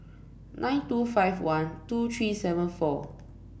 nine two five one two three seven four